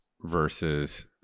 versus